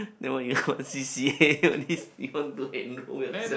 then what you want C_C_A all these you want to enroll yourself